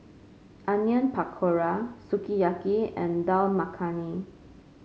Onion Pakora Sukiyaki and Dal Makhani